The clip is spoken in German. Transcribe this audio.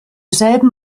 selben